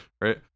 right